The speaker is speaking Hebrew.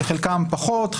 לחלקם פחות,